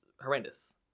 horrendous